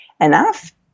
enough